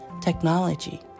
technology